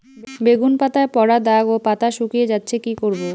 বেগুন পাতায় পড়া দাগ ও পাতা শুকিয়ে যাচ্ছে কি করব?